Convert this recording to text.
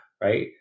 right